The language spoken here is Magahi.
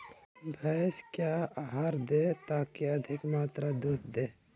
भैंस क्या आहार दे ताकि अधिक मात्रा दूध दे?